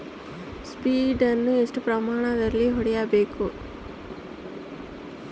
Sprint ಅನ್ನು ಎಷ್ಟು ಪ್ರಮಾಣದಲ್ಲಿ ಹೊಡೆಯಬೇಕು?